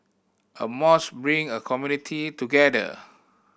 a mosque bring a community together